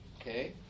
Okay